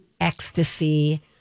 ecstasy